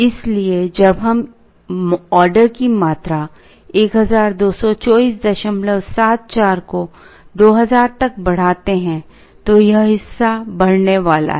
इसलिए जब हम ऑर्डर की मात्रा 122474 को 2000 तक बढ़ाते हैं तो यह हिस्सा बढ़ने वाला है